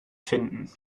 finden